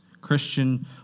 Christian